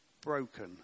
broken